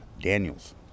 Daniels